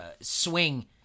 swing